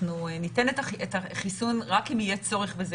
אנחנו ניתן את החיסון רק אם יהיה צורך בזה,